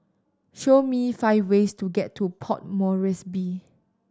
show me five ways to get to Port Moresby